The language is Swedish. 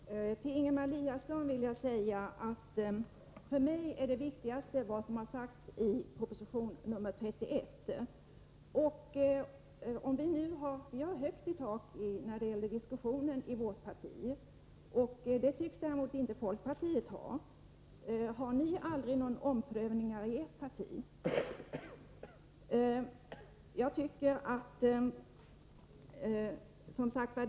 Herr talman! Till Ingemar Eliasson vill jag säga att för mig är det viktigaste vad som sägs i proposition 1983/84:31. Det är högt i tak i vårt parti när vi diskuterar dessa frågor. Det tycks det däremot inte vara i folkpartiet. Gör ni i ert parti aldrig några omprövningar?